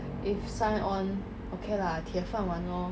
if sign on okay lah 铁饭碗 lor